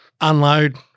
unload